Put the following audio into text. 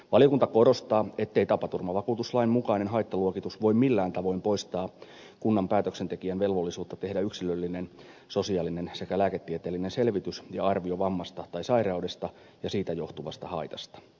valiokunta korostaa ettei tapaturmavakuutuslain mukainen haittaluokitus voi millään tavoin poistaa kunnan päätöksentekijän velvollisuutta tehdä yksilöllinen sosiaalinen sekä lääketieteellinen selvitys ja arvio vammasta tai sairaudesta ja siitä johtuvasta haitasta